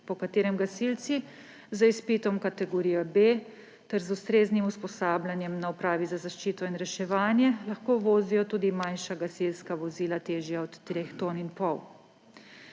po katerem gasilci z izpitom kategorije B ter z ustreznim usposabljanjem na Upravi za zaščito in reševanje lahko vozijo tudi manjša gasilska vozila, težja od 3,5 tone.